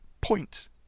Point